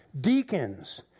Deacons